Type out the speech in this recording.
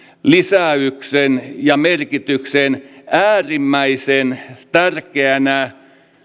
lisäyksen ja merkityksen äärimmäisen tärkeänä